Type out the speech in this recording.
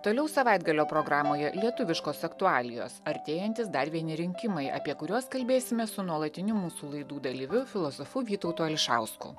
toliau savaitgalio programoje lietuviškos aktualijos artėjantys dar vieni rinkimai apie kuriuos kalbėsime su nuolatiniu mūsų laidų dalyviu filosofu vytautu ališausku